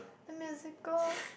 the musical